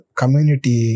community